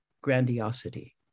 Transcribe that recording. grandiosity